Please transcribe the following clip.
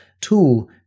tool